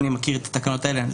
אני מכיר את התקנות האלה,